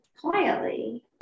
quietly